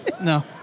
No